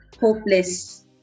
hopeless